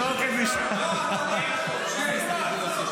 לא, אתה לא יכול.